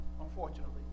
unfortunately